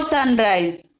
Sunrise